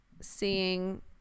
seeing